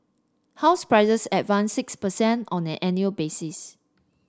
house prices advanced six per cent on an annual basis